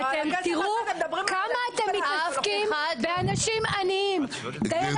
תראו כמה אתם מתעסקים באנשים עניים, בדיור